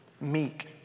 meek